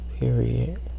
Period